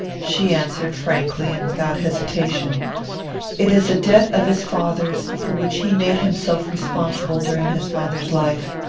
she answered frankly and without hesitation it is a debt of his father's, for which he made himself responsible during his father's life.